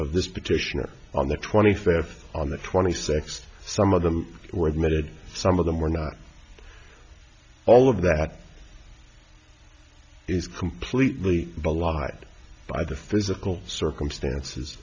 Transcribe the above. of this petitioner on the twenty fifth on the twenty six some of them were admitted some of them were not all of that is completely belied by the physical circumstances